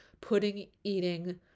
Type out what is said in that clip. pudding-eating